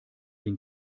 den